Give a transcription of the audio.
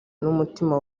n’umutima